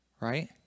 Right